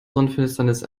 sonnenfinsternis